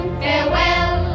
farewell